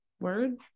Word